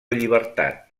llibertat